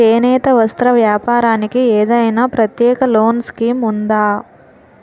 చేనేత వస్త్ర వ్యాపారానికి ఏదైనా ప్రత్యేక లోన్ స్కీం ఉందా?